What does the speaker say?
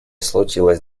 случилось